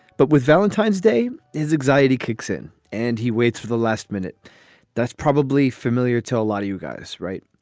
but with valentine's day is exciting, kicks in and he waits for the last minute that's probably familiar to a lot of you guys. right.